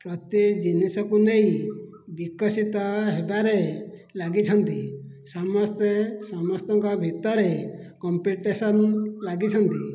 ପ୍ରତ୍ୟେକ ଜିନିଷକୁ ନେଇ ବିକଶିତ ହେବାରେ ଲାଗିଛନ୍ତି ସମସ୍ତେ ସମସ୍ତଙ୍କ ଭିତରେ କମ୍ପିଟିସନ୍ ଲାଗିଛନ୍ତି